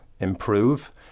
improve